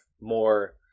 more